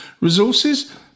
Resources